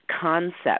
concept